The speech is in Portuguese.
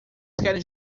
querem